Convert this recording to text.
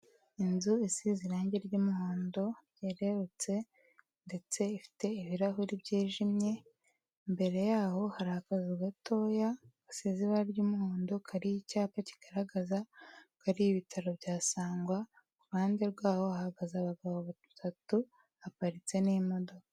Inzu isize irange ry'umuhondo, yerurutse, ndetse ifite ibirahure byijimye, imbere yaho hari akazu gatoya gasize ibara ry'umuhondo kariho icyapa kigaragaza ko ari ibitaro bya sangwa kuruhande rwaho, hahagaze abagabo batatu haparitse n'imodoka.